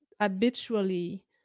habitually